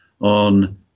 On